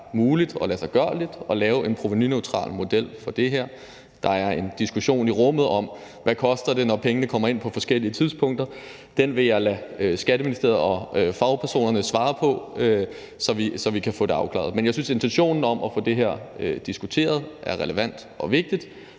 muligt og ladsiggørligt at lave en provenuneutral model for det her. Der er en diskussion i salen om, hvad det koster, når pengene kommer ind på forskellige tidspunkter. Det vil jeg lade Skatteministeriet og fagpersonerne svare på, så vi kan få det afklaret. Men jeg synes, at intentionen om at få det her diskuteret er relevant og vigtig.